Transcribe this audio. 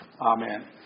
Amen